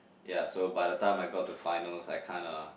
ya so by the time I got to finals I kinda